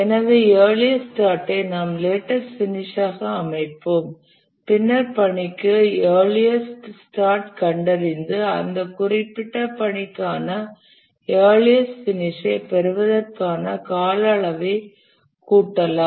எனவே earliest start ஐ நாம் லேட்டஸ்ட் பினிஷ் ஆக அமைப்போம் பின்னர் பணிக்கு இயர்லியஸ்ட் ஸ்டார்ட் கண்டறிந்து அந்த குறிப்பிட்ட பணிக்கான இயர்லியஸ்ட் பினிஷ் ஐ பெறுவதற்கான கால அளவை கூட்டலாம்